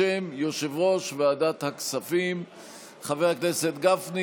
בשם יושב-ראש ועדת הכספים חבר הכנסת גפני,